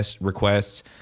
requests